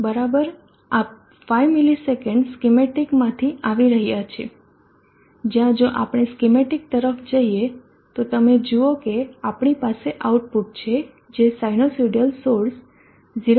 બરાબર આ 5 milliseconds schematic માંથી આવી રહ્યા છે જ્યાં જો આપણે સ્કીમેટિક તરફ જઈએ તો તમે જુઓ કે આપણી પાસે આઉટપુટ છે જે સાયનુસાઇડલ સોર્સ 0 થી 0